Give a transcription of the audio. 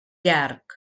llarg